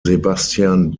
sebastian